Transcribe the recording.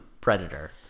Predator